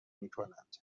میکنند